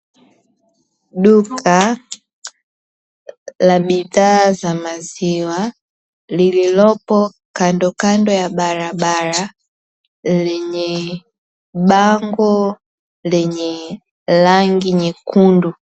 Duka la bidhaa za maziwa, lililopo kandokando ya barabara. Lenye bango lenye rangi nyekundu.